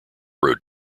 road